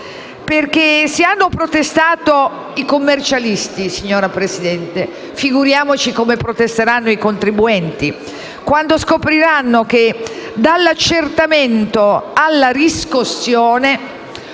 Se hanno protestato i commercialisti, signora Presidente, figuriamoci quanto protesteranno i contribuenti quando scopriranno che, dall'accertamento alla riscossione,